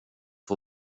för